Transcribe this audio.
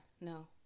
no